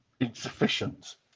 insufficient